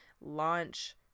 launch